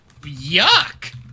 Yuck